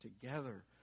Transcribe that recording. together